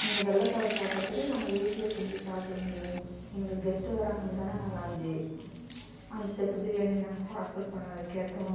இந்த வெள்ளை சாதம் சாப்பிட்றதுக்கு நாங்கள் வீட்டில் செஞ்சு சாப்பிட்டுப்போம் எங்களுக்கு கெஸ்ட்டு வராங்கள் தான் நாங்கள் அஞ்சு அஞ்சு செட்டு பிரியாணி நாங்கள் பார்சல் பண்ணி கேட்டோம்